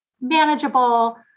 manageable